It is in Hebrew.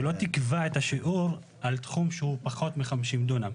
שלא תקבע את השיעור על תחום שהוא פחות מ-50 דונם.